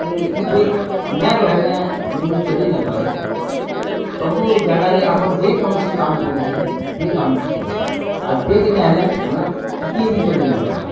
ଆରୁ ଇ ବେଗ୍ ନା ରହିଲେ ମନୁଷ୍ ଚଲିନାଇଁ ପାରି ସବୁ ଜାଗାରେ ଆମର୍ ଯେ କୌଣସି କାମ୍ ପଡ଼ୁଛି ବେଗ୍ ଆମକୁ ଦରକାର୍ ଆର୍ ବେଗ୍ ନାଇଁ ହେଲେ ଆମେ ଟିକେ ବି ଚଲି ନାଇଁ ପାରୁ